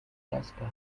jasper